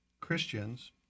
Christians